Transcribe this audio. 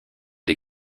des